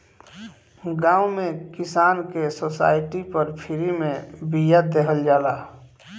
गांव में किसान के सोसाइटी पर फ्री में बिया देहल जाला